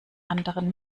anderen